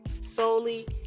solely